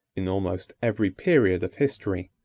in almost every period of history,